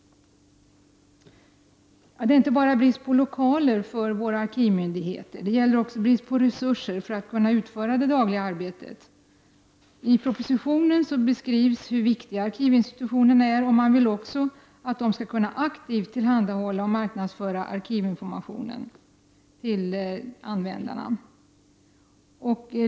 Det är inte bara brist på lokaler för våra arkivmyndigheter. Det råder också brist på resurser för att kunna utföra det dagliga arbetet. I propositionen beskrivs hur viktiga arkivinstitutionerna är, och man vill också att de skall kunna aktivt tillhandahålla och marknadsföra arkivinformationen.